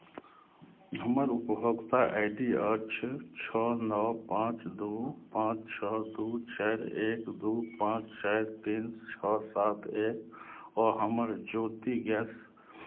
हमर उपभोक्ता I D अछि छओ नओ पाँच दू पाँच छओ दू चारि एक दू पाँच चारि तीन छओ सात एक व हमर ज्योति गैस